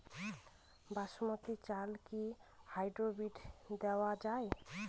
বাসমতী চালে কি হাইব্রিড দেওয়া য়ায়?